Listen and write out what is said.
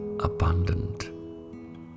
Abundant